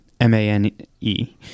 M-A-N-E